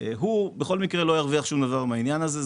הוא בכל מקרה לא ירוויח שום דבר מהעניין הזה.